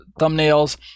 thumbnails